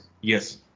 Yes